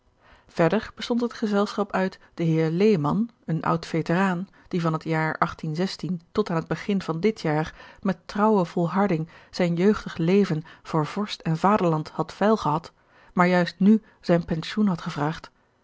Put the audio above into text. verder bestond het gezelschap uit den heer lehman een oud veteraan die van het jaar tot aan het begin van dit jaar met trouwe volharding zijn jeugdig leven voor vorst en vaderland had veil gehad maar juist nu zijn pensioen had gevraagd